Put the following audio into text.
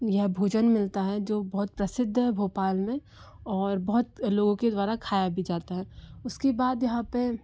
यह भोजन मिलता है जो बहुत प्रसिद्ध है भोपाल में और बहुत लोगों के द्वारा खाया भी जाता है उसके बाद यहाँ पर